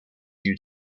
new